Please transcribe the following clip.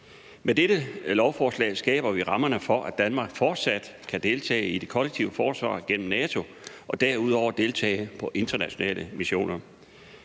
Med dette lovforslag skaber vi rammerne for, at Danmark fortsat kan deltage i det kollektive forsvar gennem NATO og derudover deltage på internationale missioner.